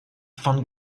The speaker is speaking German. von